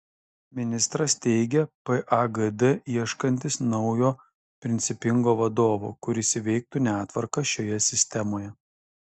ministras teigia pagd ieškantis naujo principingo vadovo kuris įveiktų netvarką šioje sistemoje